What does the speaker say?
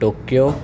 Tokyo